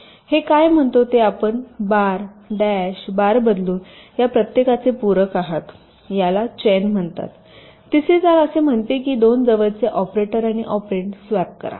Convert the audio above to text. तर हे काय म्हणतो ते आपण बार डॅश बार बदलून त्या प्रत्येकाचे पूरक आहात याला चेन म्हणतात आणि तिसरे चाल असे म्हणते की दोन जवळचे ऑपरेटर आणि ऑपरेंड स्वॅप करा